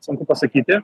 sunku pasakyti